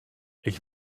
ich